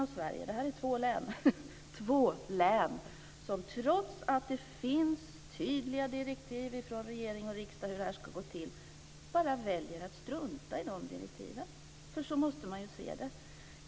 Då återstår ändå resten av Sverige som trots att det finns tydliga direktiv från regering och riksdag om hur detta ska gå till väljer att bara strunta i direktiven, för så måste man ju se det.